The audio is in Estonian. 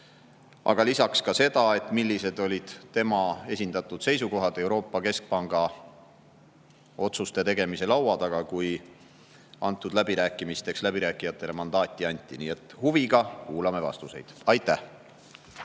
Aga lisaks ka seda, millised olid tema esindatud seisukohad Euroopa Keskpanga otsuste tegemise laua taga, kui nendeks läbirääkimisteks läbirääkijatele mandaati anti. Huviga kuulame vastuseid. Aitäh!